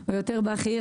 כך בעיניי.